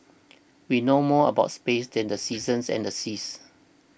we know more about space than the seasons and the seas